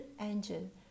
angel